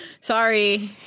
Sorry